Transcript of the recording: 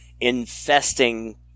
infesting